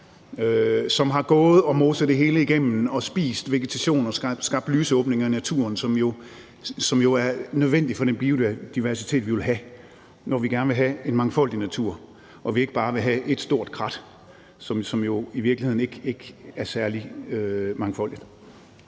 som har gået og moset det hele igennem og spist vegetationer og skabt lysåbninger i naturen, som jo er nødvendige for den biodiversitet, vi vil have, når vi gerne vil have en mangfoldig natur og vi ikke bare vil have et stort krat, som jo i virkeligheden ikke er særlig mangfoldigt.